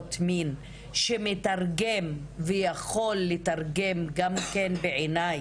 עבירות מין שמתרגם ויכול לתרגם גם כן בעיניי,